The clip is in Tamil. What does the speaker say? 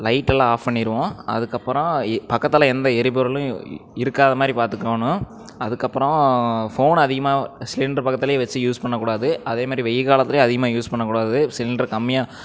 லைட்டெல்லாம் ஆஃப் பண்ணிடுவோம் அதுக்கப்புறம் இ பக்கத்தில் எந்த எரிபொருளும் இருக்காத மாதிரி பார்த்துக்குகோணும் அதுக்கப்புறம் ஃபோன் அதிகமாக சிலிண்ட்ரு பக்கத்திலே வச்சு யூஸ் பண்ணக்கூடாது அதே மாதிரி வெயில் காலத்திலேயும் அதிகமாக யூஸ் பண்ணக்கூடாது சிலிண்ட்ரு கம்மியாக